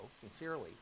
sincerely